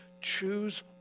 Choose